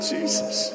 Jesus